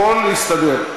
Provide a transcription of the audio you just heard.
הכול יסתדר.